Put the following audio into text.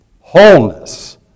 wholeness